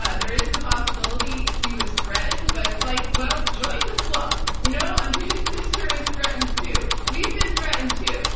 ah there is the possibility he was threatened, but it's like, well, join the club. you know, andrea's sister, is threatened, too. we've been threatened, too.